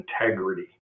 integrity